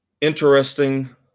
interesting